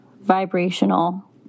vibrational